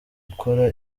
gukora